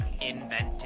invented